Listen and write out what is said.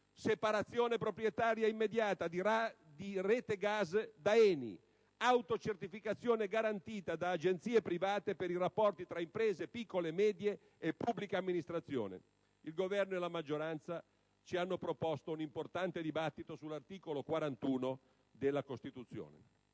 separazione proprietaria immediata di Rete Gas da ENI e all'autocertificazione garantita da agenzie private per i rapporti fra imprese piccole e medie e pubblica amministrazione. Il Governo e la maggioranza ci hanno proposto un importante dibattito sull'articolo 41 della Costituzione.